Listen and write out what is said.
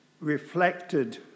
reflected